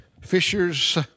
fishers